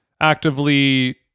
actively